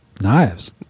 knives